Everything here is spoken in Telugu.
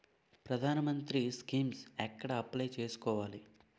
ప్రధాన మంత్రి స్కీమ్స్ ఎక్కడ అప్లయ్ చేసుకోవాలి?